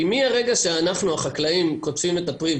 כי מרגע שאנחנו החקלאים קוטפים את הפרי,